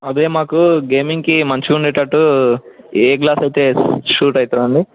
అదే మాకు గేమింగ్కి మంచిగుండేటట్టు ఏ గ్లాస్ అయితే షూట్ అవుతుందండి